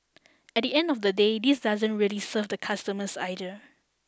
at the end of the day this doesn't really serve the customers either